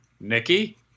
Nikki